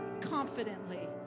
confidently